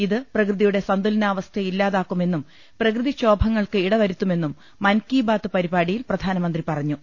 ഇത് പ്രകൃതിയുടെ സന്തുലനാവസ്ഥയെ ഇല്ലാതാക്കുമെന്നും പ്രകൃതി ക്ഷോഭങ്ങൾക്ക് ഇടവരുത്തുമെന്നും മൻകി ബാത് പരിപാടിയിൽ പ്രധാനമന്ത്രി പറഞ്ഞു